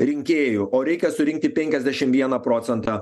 rinkėjų o reikia surinkti penkiasdešim vieną procentą